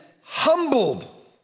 humbled